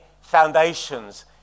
foundations